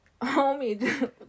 homie